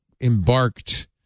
embarked